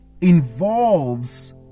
involves